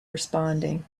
responding